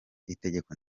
itegeko